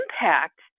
impact